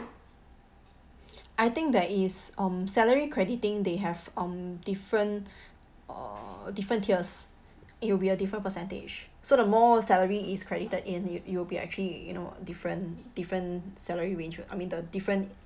I think there is um salary crediting they have um different uh different tiers it will be a different percentage so the more salary is credited in U_O_B actually you know different different salary range I mean the different